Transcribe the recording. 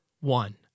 One